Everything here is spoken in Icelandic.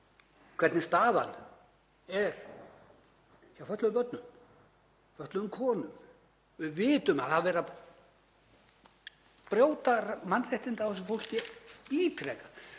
hvernig staðan er hjá fötluðum börnum, fötluðum konum. Við vitum að það er verið að brjóta mannréttindi á þessu fólki ítrekað.